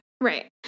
Right